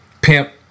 pimp